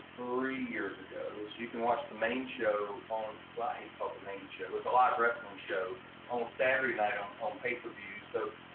three years ago, so you can watch the main show on so like ah main show with a live wrestling show on saturday night on um pay per view, so,